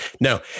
No